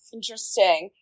Interesting